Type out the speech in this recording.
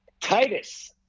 Titus